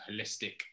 holistic